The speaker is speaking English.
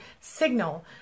signal